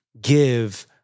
give